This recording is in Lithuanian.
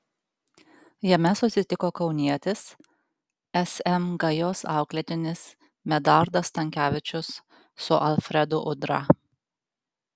jame susitiko kaunietis sm gajos auklėtinis medardas stankevičius su alfredu udra